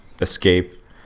escape